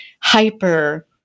hyper-